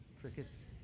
crickets